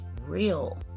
real